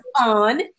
on